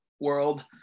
world